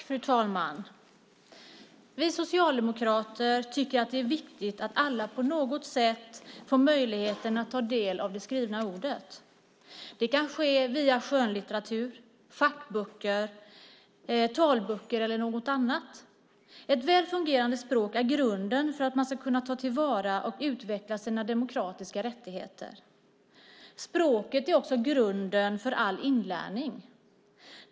Fru talman! Vi socialdemokrater tycker att det är viktigt att alla på något sätt får möjligheten att ta del av det skrivna ordet. Det kan ske via skönlitteratur, fackböcker, talböcker eller något annat. Ett väl fungerande språk är grunden för att man ska kunna ta till vara och utveckla sina demokratiska rättigheter. Språket är också grunden för all inlärning.